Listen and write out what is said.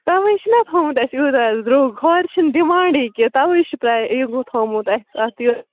تَوَے چھِنا تھوٚومُت اَسہِ یوٗتاہ درٛۅگ ہورٕ چھِنہٕ ڈیمانٛڈٕے کیٚںٛہہ تَوَے چھِ یہِ ہُہ تھوٚومُت اَسہِ اَتھ یہِ